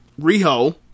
Riho